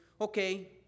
okay